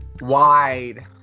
wide